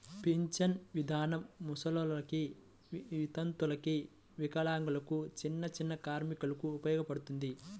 పింఛను ఇదానం ముసలోల్లకి, వితంతువులకు, వికలాంగులకు, చిన్నచిన్న కార్మికులకు ఉపయోగపడతది